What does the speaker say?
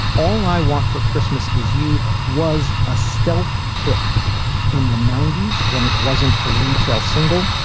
all i want for christmas is you was a stealth hit in the ninety s when it wasn't a retail single.